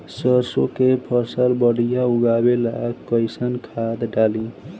सरसों के फसल बढ़िया उगावे ला कैसन खाद डाली?